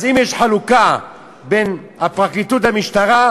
אז אם יש חלוקה בין הפרקליטות למשטרה,